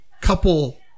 couple